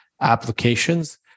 applications